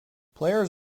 players